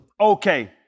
Okay